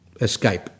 escape